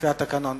לפי התקנון.